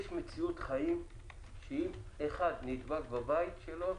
יש מציאות חיים שאם אחד נדבק בבית שלו,